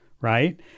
right